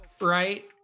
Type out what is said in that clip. right